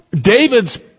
David's